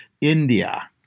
India